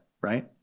right